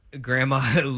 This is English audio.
Grandma